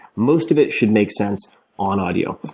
most of it should make sense on audio.